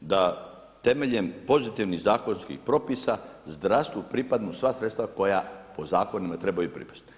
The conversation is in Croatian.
da temeljem pozitivnih zakonskih propisa zdravstvu pripadnu sva sredstva koja po zakonima trebaju pripasti.